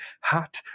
hot